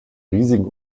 riesigen